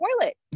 toilet